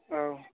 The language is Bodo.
औ